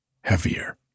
heavier